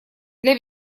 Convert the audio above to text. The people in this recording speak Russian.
для